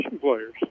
players